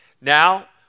Now